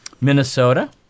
Minnesota